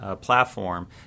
platform